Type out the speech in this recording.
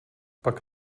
pak